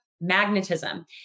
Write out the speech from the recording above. magnetism